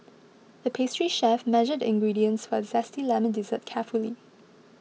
the pastry chef measured the ingredients for a Zesty Lemon Dessert carefully